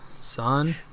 son